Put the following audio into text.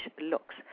looks